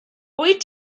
wyt